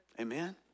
Amen